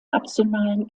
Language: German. nationalen